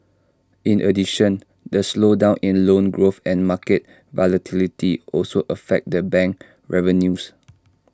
in addition the slowdown in loan growth and market volatility also affect the bank revenues